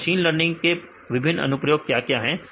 तो machine learning के विभिन्न अनुप्रयोग क्या क्या है